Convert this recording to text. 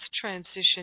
transition